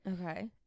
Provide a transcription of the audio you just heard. okay